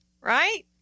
Right